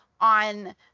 on